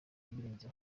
ibirenzeho